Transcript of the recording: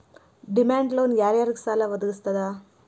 Demand loan ಯಾರ್ ಯಾರಿಗ್ ಸಾಲಾ ವದ್ಗಸ್ತದ?